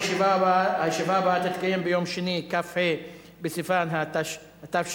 הישיבה הבאה תתקיים ביום שני, כ"ה בסיוון התשע"א,